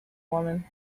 woman